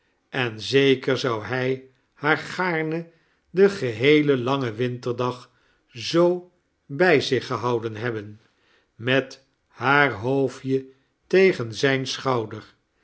en zeker zou hij haar gaarne den geheelen langen winterdag zoo bij zich gehouden hebben met haar hoofdje tegen zijn schouder